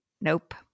Nope